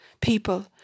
people